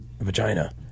vagina